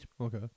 Okay